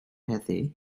heddiw